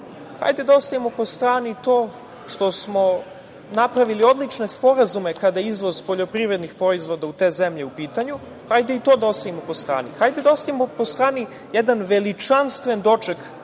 hajde da ostavio po strani to što smo napravili odlične sporazume kada je izvoz poljoprivrednih proizvoda u te zemlje u pitanju, hajde i to da ostavimo po strani, hajde da ostavimo po strani jedan veličanstven doček